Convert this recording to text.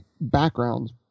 backgrounds